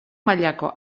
mailako